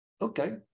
Okay